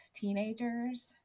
teenagers